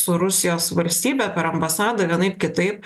su rusijos valstybe per ambasadą vienaip kitaip